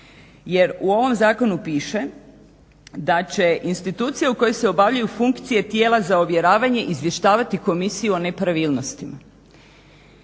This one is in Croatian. jer u ovom zakonu piše da će institucije u kojoj se obavljaju funkcije tijela za ovjeravanje izvještavati komisiju o nepravilnostima.